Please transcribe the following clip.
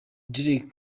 drake